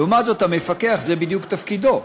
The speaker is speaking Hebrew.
לעומת זאת, המפקח, זה בדיוק תפקידו.